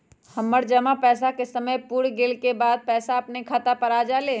हमर जमा पैसा के समय पुर गेल के बाद पैसा अपने खाता पर आ जाले?